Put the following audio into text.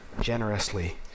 generously